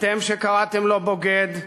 אתם שקראתם לו בוגד,